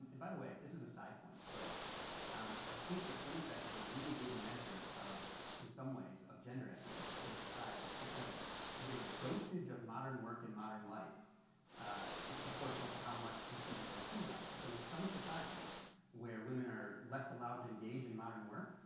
and by the way, this is a side point but i think the flynn effect is a really good measure of in some ways of gender equity in a society because you're dosage of modern work and modern life is proportional to how much you see this like iq rise. so in some societies where women are less allowed to engage in modern work,